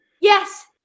yes